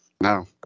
No